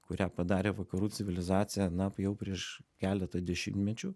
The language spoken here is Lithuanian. kurią padarė vakarų civilizacija na jau prieš keletą dešimtmečių